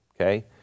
Okay